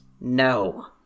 No